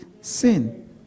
sin